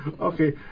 Okay